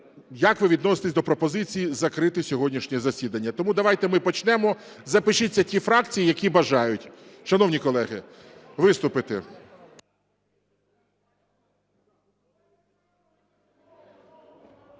як ви відноситесь до пропозиції закрити сьогоднішнє засідання? Тому давайте ми почнемо, запишіться ті фракції, які бажають, шановні колеги, виступити.